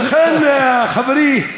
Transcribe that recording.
ולכן, חברי,